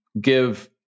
give